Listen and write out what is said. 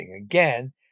Again